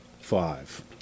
five